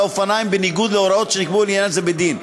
אופניים בניגוד להוראות שנקבעו לעניין זה בדין,